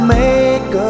make